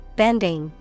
bending